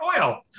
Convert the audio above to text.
oil